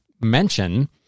mention